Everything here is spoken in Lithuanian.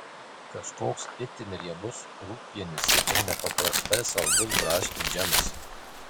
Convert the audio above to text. kažkoks itin riebus rūgpienis ir nepaprastai saldus braškių džemas